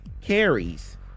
carries